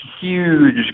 huge